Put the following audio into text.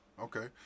Okay